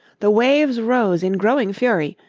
the waves rose in growing fury,